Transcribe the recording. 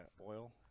oil